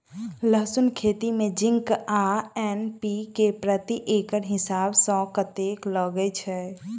लहसून खेती मे जिंक आ एन.पी.के प्रति एकड़ हिसाब सँ कतेक लागै छै?